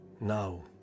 now